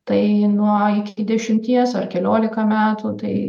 tai nuo iki dešimties ar keliolika metų tai